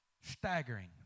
Staggering